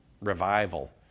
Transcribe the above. revival